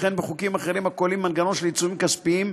וכן בחוקים אחרים הכוללים מנגנון של עיצומים כספיים,